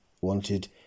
wanted